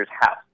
house